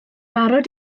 barod